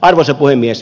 arvoisa puhemies